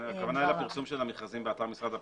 הכוונה היא לפרסום של המכרזים באתר של משרד הפנים.